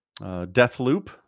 Deathloop